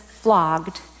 flogged